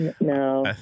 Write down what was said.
No